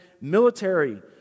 military